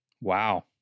Wow